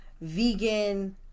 vegan